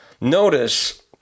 notice